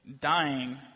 dying